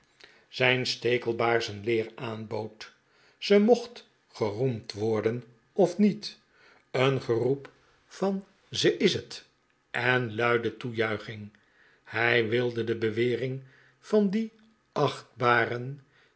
zijn stekelbaarzen leer aanboodf ze mocht beroemd worden of niet een geroep van ze is het en luide toejuiching hij wilde de bewering van dien achtbaren